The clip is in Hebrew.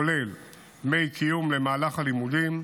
כולל דמי קיום למהלך הלימודים,